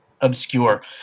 obscure